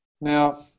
Now